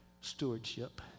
stewardship